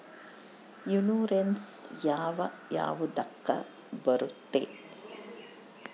Insurance ಯಾವ ಯಾವುದಕ್ಕ ಬರುತ್ತೆ?